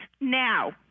now